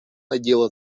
конечно